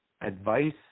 advice